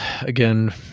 again